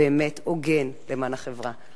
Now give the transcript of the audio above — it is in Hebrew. באמת הוגן למען החברה.